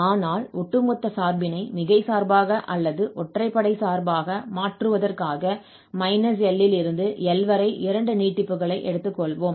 ஆனால் ஒட்டுமொத்த சார்பினை மிகை சார்பாக அல்லது ஒற்றைப்படை சார்பாக மாற்றுவதற்காக l இலிருந்து l வரை இரண்டு நீட்டிப்புகளை எடுத்துக்கொள்வோம்